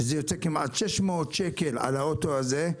זה יוצא כמעט 600 שקל על האוטו הזה,